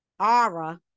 Ara